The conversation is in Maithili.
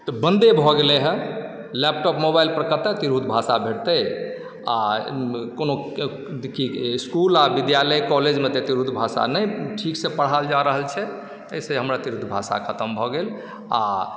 तऽ बन्दे भऽ गेलै हेँ लैपटॉप मोबाइलपर कतय तिरहुत भाषा भेटतै आ कोनो कि इस्कूल आ विद्यालय कॉलेजमे तऽ तिरहुत भाषा नहि ठीकसँ पढ़ायल जा रहल छै एहिसँ हमर तिरहुत भाषा खतम भऽ गेल आ